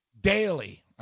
daily